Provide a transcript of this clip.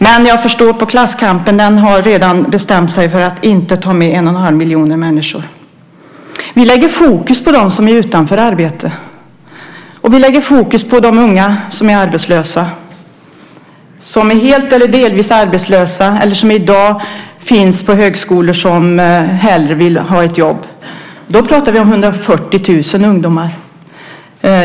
Men jag förstår att ni i klasskampen redan har bestämt er för att inte ta med en och en halv miljoner människor. Vi sätter fokus på dem som är utanför arbete. Vi sätter fokus på dem som är unga och arbetslösa, dem som är helt eller delvis arbetslösa eller som i dag finns på högskolor och som hellre vill ha ett jobb. Då pratar vi om 140 000 ungdomar.